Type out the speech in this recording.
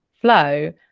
flow